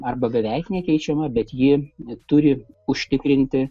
arba beveik nekeičiama bet ji turi užtikrinti